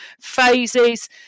phases